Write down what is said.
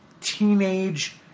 teenage